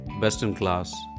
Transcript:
best-in-class